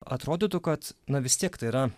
atrodytų kad na vis tiek tai yra